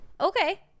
okay